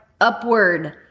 upward